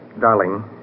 Darling